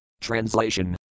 Translation